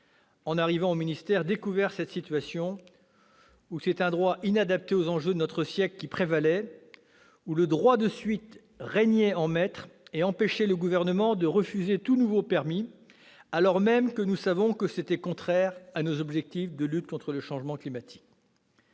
ministre, j'ai moi-même découvert cette situation où prévalait un droit inadapté aux enjeux de notre siècle, où le droit de suite régnait en maître et empêchait le Gouvernement de refuser tout nouveau permis, alors même que nous savions que c'était contraire à nos objectifs de lutte contre le changement climatique.